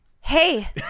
hey